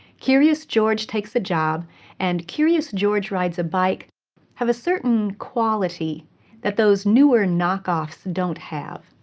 curious george takes a job and curious george rides a bike have a certain quality that those newer knock-offs don't have.